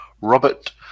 Robert